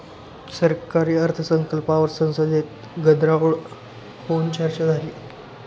सरकारी अर्थसंकल्पावर संसदेत गदारोळ होऊन चर्चा झाली